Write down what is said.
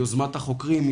ביוזמת החוקרים,